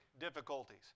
difficulties